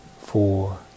four